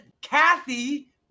Kathy